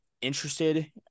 interested